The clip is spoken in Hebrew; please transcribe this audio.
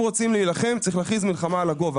אם רוצים להילחם, צריך להכריז מלחמה על הגובה.